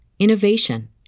innovation